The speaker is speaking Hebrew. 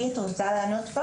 בגלל זה אני מנסה לעשות פה